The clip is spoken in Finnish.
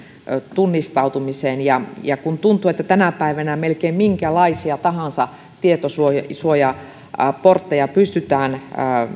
tunnistautumiseen kun tuntuu että tänä päivänä melkein minkälaisia tahansa tietosuojaportteja pystytään